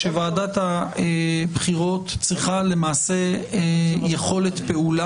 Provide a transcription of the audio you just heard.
כשם שוועדת הכנסת יושבת כרגע ועוסקת בהיבט מסוים של פיזור הכנסת,